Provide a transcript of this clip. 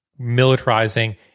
militarizing